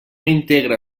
integra